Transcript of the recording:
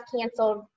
canceled